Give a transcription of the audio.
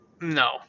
no